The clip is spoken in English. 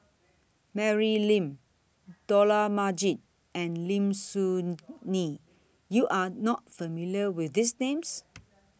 Mary Lim Dollah Majid and Lim Soo Ngee YOU Are not familiar with These Names